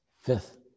Fifth